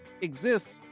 exists